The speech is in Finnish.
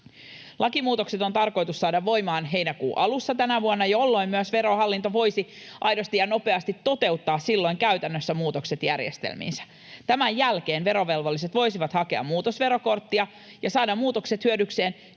Lakimuutokset on tarkoitus saada voimaan heinäkuun alussa tänä vuonna, jolloin myös Verohallinto voisi aidosti ja nopeasti toteuttaa käytännössä muutokset järjestelmiinsä. Tämän jälkeen verovelvolliset voisivat hakea muutosverokorttia ja saada muutokset hyödykseen